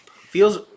feels